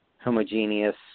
homogeneous